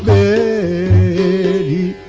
a